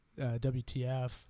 WTF